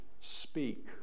speak